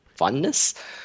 funness